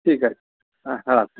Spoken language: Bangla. ঠিক আছে হ্যাঁ হ্যাঁ রাখুন